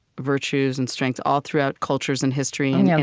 virtues, and strengths all throughout cultures in history yeah,